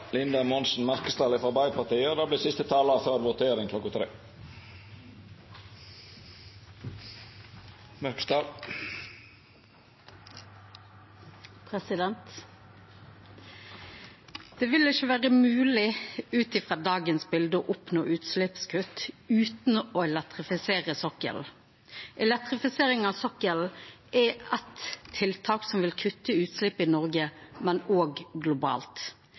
Det vil ikkje vera mogleg ut frå dagens bilde å oppnå utsleppskutt utan å elektrifisera sokkelen. Elektrifisering av sokkelen er eit tiltak som vil kutta utslepp i Noreg, men òg globalt.